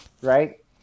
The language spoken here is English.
right